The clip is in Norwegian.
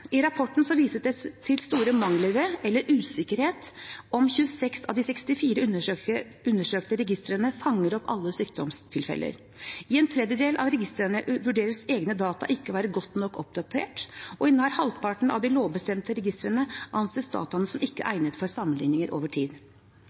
I rapporten vises det til store mangler eller usikkerhet om 26 av de 64 undersøkte registrene fanger opp alle sykdomstilfeller. I en tredjedel av registrene vurderes egne data ikke å være godt nok oppdatert, og i nær halvparten av de lovbestemte registrene anses dataene som ikke egnet for sammenligninger over tid. Det som også kommer frem, er